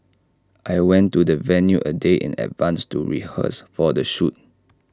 I went to the venue A day in advance to rehearse for the shoot